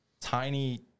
tiny